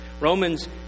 Romans